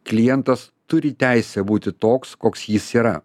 klientas turi teisę būti toks koks jis yra